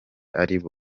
aribo